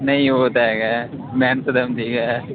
नेईं ओह् ते ऐ गै मैह्नत ते होंदी गै